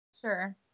Sure